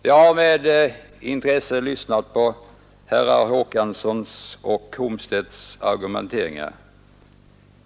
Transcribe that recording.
Jag har med intresse lyssnat på herrar Håkanssons och Komstedts argumentering.